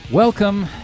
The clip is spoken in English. Welcome